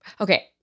Okay